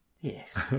Yes